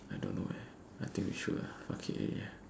I don't know eh I think we should ah fuck it already